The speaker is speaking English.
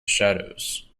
shadows